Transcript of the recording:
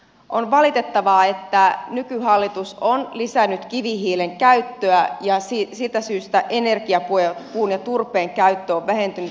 on valitettavaa että nykyhallitus on lisännyt kivihiilen käyttöä ja siitä syystä energiapuun ja turpeen käyttö on vähentynyt